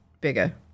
bigger